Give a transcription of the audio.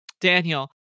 Daniel